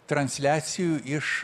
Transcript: transliacijų iš